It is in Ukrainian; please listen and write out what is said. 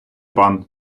пан